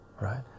right